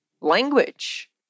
language